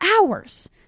hours